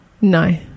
No